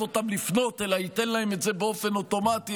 אותם לפנות אלא ייתן להם את זה באופן אוטומטי,